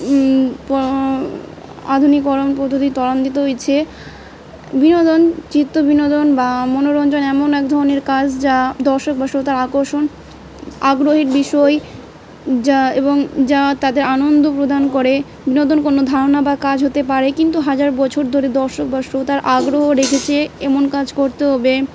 আধুনিকরণ পদ্ধতি তরান্নিত হয়েছে বিনোদন চিত্ত বিনোদন বা মনোরঞ্জন এমন এক ধরনের কাজ যা দর্শকবর্ষত আকর্ষণ আগ্রহের বিষয় যা এবং যা তাদের আনন্দ প্রদান করে বিনোদন কোনো ধারণা বা কাজ হতে পারে কিন্তু হাজার বছর ধরে দর্শকবশত আগ্রহ রেখেছে এমন কাজ করতে হবে